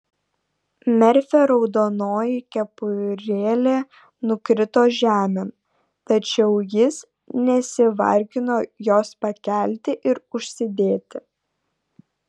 merfio raudonoji kepurėlė nukrito žemėn tačiau jis nesivargino jos pakelti ir užsidėti